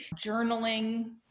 journaling